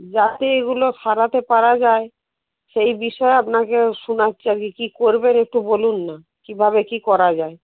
যাতে এগুলো সারাতে পারা যায় সেই বিষয়ে আপনাকে শোনাচ্ছি আর কি কী করবেন একটু বলুন না কীভাবে কী করা যায়